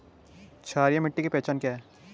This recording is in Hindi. क्षारीय मिट्टी की पहचान क्या है?